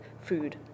food